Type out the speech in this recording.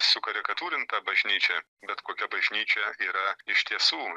sukarikatūrintą bažnyčią bet kokia bažnyčia yra iš tiesų